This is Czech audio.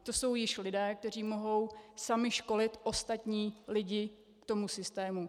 To jsou již lidé, kteří mohou sami školit ostatní lidi k tomu systému.